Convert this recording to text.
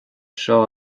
seo